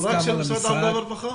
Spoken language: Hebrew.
רק של משרד העבודה והרווחה.